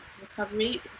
recovery